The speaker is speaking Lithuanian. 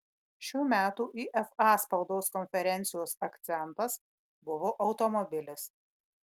šių metų ifa spaudos konferencijos akcentas buvo automobilis